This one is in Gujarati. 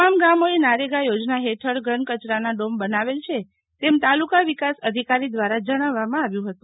તમામ ગામોએ નારેગા યોજના હેઠળ ઘન કચરાના ડોમ બનાવેલ છે તેમ તાલુકા વિકાસ અધિકારી દ્વારા જણાવવામાં આવ્યું હતું